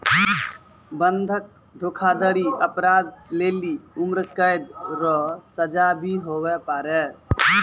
बंधक धोखाधड़ी अपराध लेली उम्रकैद रो सजा भी हुवै पारै